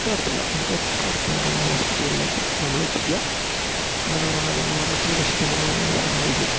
ഏറ്റവും അടുത്തുള്ള നമുക്ക് ഏറ്റവും അടുത്തായിട്ടുള്ള ഹോസ്പിറ്റലുകളിലേക്ക് നമ്മൾ എത്തിക്കുക അങ്ങനെ ഒരാളെ മരണത്തിൽ നിന്ന് രക്ഷിക്കാൻ നമ്മൾ സഹായിക്കും